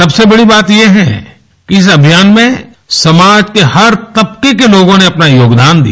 सबसे बड़ी बात यह है कि इस अभियान में समाज के हर तबके के लिए लोगों ने अपना योगदान किया